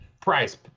price